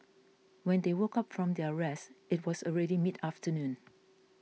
when they woke up from their rest it was already mid afternoon